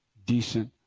decent,